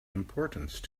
importance